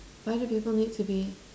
why do people need to be